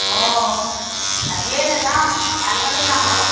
অঁ আজিয়ে নেযাওঁ কাইলৈ মানে যাম আকৌ